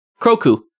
Kroku